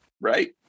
right